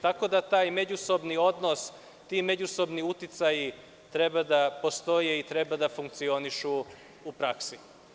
Tako da taj međusobni odnos, ti međusobni uticaji treba da postoje i treba da funkcionišu u praksi.